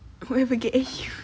whoever get you